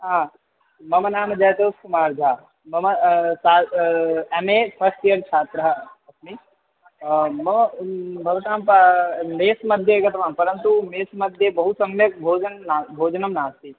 मम नाम जयतोष्कुमार्जा मम सात् एम् ए फ़स्ट् इयर् छात्रः अस्मि मम भवतां पा मेस् मध्ये गतवान् परन्तु मेस् मध्ये बहु सम्यक् भोजनं नास्ति भोजनं नास्ति